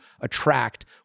attract